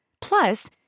Plus